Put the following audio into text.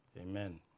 Amen